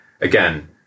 again